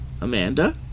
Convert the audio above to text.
Amanda